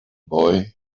boy